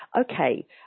Okay